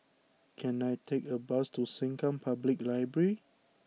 can I take a bus to Sengkang Public Library